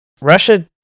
Russia